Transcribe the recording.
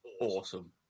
awesome